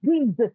Jesus